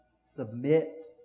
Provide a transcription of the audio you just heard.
Submit